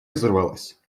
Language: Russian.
взорвалась